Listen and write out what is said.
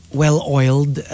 well-oiled